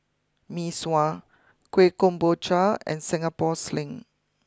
Mee Sua Kueh Kemboja and Singapore sling